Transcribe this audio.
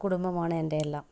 കുടുംബമാണ് എൻ്റെ എല്ലാം